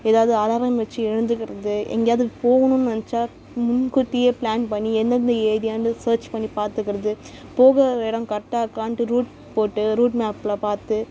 ஏதாவது அலாரம் வெச்சி எழுந்துக்கிறது எங்கேயாவது போகணுன்னு நெனைச்சா முன் கூட்டியே ப்ளான் பண்ணி எந்தெந்த ஏரியான்னு சர்ச் பண்ணி பார்த்துக்கிறது போகிற இடம் கரெக்டாக இருக்கான்ட்டு ரூட் போட்டு ரூட் மேப்பில் பார்த்து